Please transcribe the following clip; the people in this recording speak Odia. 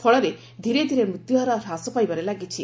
ଫଳରେ ଧୀରେ ଧୀରେ ମୃତ୍ୟୁହାର ହ୍ରାସ ପାଇବାରେ ଲାଗିଛି